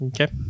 Okay